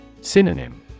Synonym